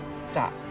stop